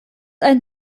ein